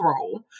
role